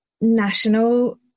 national